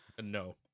No